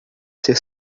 ser